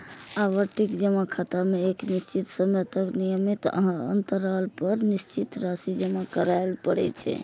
आवर्ती जमा खाता मे एक निश्चित समय तक नियमित अंतराल पर निश्चित राशि जमा करय पड़ै छै